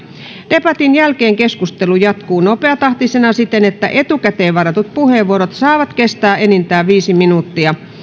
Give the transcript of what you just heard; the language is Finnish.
debatin jälkeen keskustelu jatkuu nopeatahtisena siten että etukäteen varatut puheenvuorot saavat kestää enintään viisi minuuttia